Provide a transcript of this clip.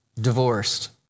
divorced